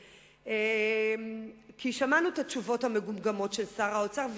כי שמענו את התשובות המגומגמות של שר האוצר,